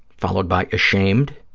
followed by ashamed,